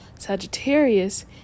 Sagittarius